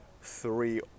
three